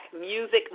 Music